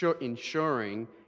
ensuring